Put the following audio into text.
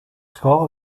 ska